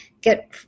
get